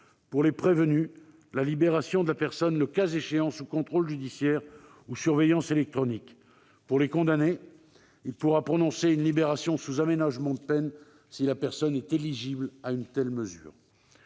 pour les prévenus, la libération de la personne, le cas échéant sous contrôle judiciaire ou surveillance électronique. Pour les condamnés, il pourra prononcer une libération sous aménagement de peine si la personne est éligible à une telle mesure.